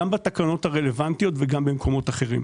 גם בתקנות הרלוונטיות וגם במקומות אחרים.